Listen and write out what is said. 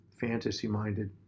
fantasy-minded